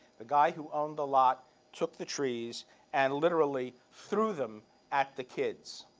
the guy who owned the lot took the trees and literally threw them at the kids.